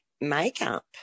makeup